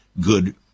good